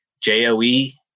J-O-E